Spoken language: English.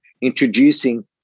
introducing